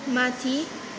माथि